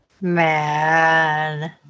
Man